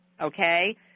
okay